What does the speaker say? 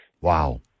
wow